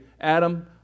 Adam